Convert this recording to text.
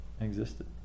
existed